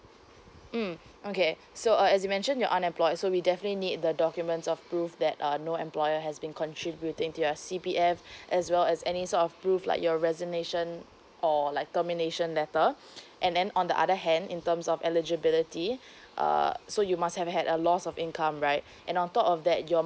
mm okay so uh as you mentioned you're unemployed so we definitely need the documents of proof that uh no employer has been contributing to your C_P_F as well as any sort of proof like your resignation or like termination letter and then on the other hand in terms of eligibility uh so you must have had a loss of income right and on top of that your